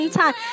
time